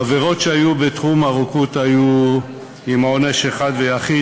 עבירות שהיו בתחום הרוקחות היו עם עונש אחד ויחיד,